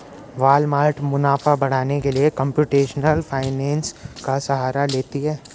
Walmart मुनाफा बढ़ाने के लिए कंप्यूटेशनल फाइनेंस का सहारा लेती है